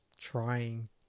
trying